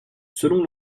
selon